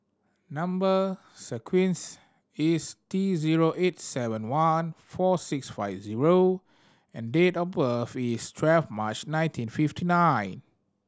number sequence is T zero eight seven one four six five O and date of birth is twelve March nineteen fifty nine